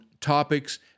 topics